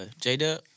J-Dub